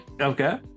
okay